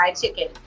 chicken